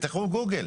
תפתחו גוגל.